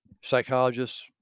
Psychologists